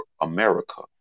America